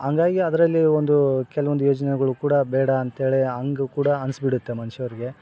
ಹಂಗಾಗಿ ಅದರಲ್ಲಿ ಒಂದು ಕೆಲವೊಂದು ಯೋಜನೆಗುಳು ಕೂಡ ಬೇಡ ಅಂತೇಳಿ ಹಂಗ್ ಕೂಡ ಅನ್ಸಿಬಿಡುತ್ತೆ ಮನುಷ್ಯರ್ಗೆ